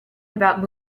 about